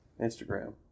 Instagram